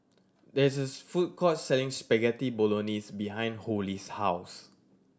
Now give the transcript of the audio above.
there is food court selling Spaghetti Bolognese behind Holly's house